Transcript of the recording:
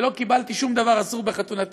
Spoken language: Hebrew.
שלא קיבלתי שום דבר אסור בחתונתי,